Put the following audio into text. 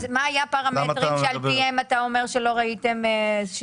אז מה היה הפרמטרים שעל פיהם אתה אומר שלא ראיתם שינויים?